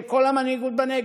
של כל המנהיגות בנגב,